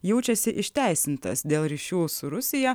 jaučiasi išteisintas dėl ryšių su rusija